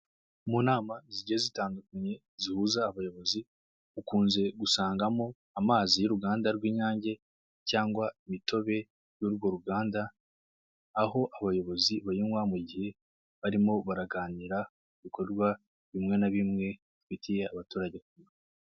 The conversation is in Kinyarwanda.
Mu nama zigiye zitandukanye zihuza abayobozi, ukunze gusangamo amazi y'uruganda rw'inyange cyangwa imitobe y'urwo ruganda, aho abayobozi bayinywa mu gihe barimo baraganira ku bikorwa bimwe na bimwe bifitiye abaturage akamaro.